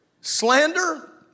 Slander